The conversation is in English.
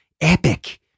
epic